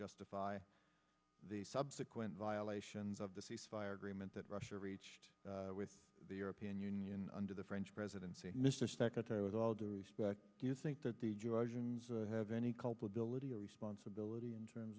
justify the subsequent violations of the ceasefire agreement that russia reached with the european union under the french presidency mr secretary with all due respect do you think that the georgians have any culpability or responsibility in terms